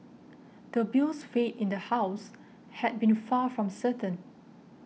the bill's fate in the house had been far from certain